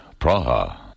Praha